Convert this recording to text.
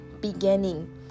beginning